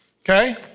okay